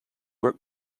work